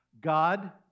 God